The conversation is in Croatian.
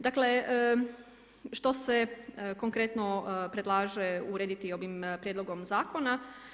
Dakle, što se konkretno predlaže urediti ovim prijedlogom zakona?